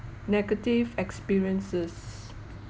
negative experiences